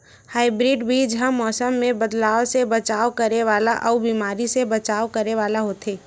hybrid बीज हा मौसम मे बदलाव से बचाव करने वाला अउ बीमारी से बचाव करने वाला होथे